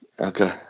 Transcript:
okay